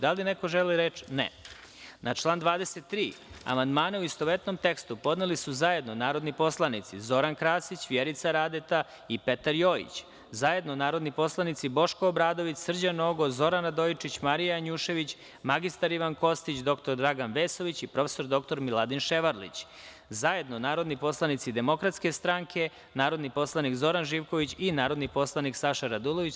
Da li neko želi reč? (Ne) Na član 23. amandmane u istovetnom tekstu podneli su zajedno narodni poslanici Zoran Krasić, Vjerica Radeta i Petar Jojić, zajedno narodni poslanici Boško Obradović, Srđan Nogo, Zoran Radojičić, Marija Janjušević, mr Ivan Kostić, dr Dragan Vesović i prof. dr Miladin Ševarlić, zajedno narodni poslanici Demokratske stranke, narodni poslanik Zoran Živković i narodni poslanik Saša Radulović.